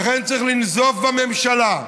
לכן, צריך לנזוף בממשלה,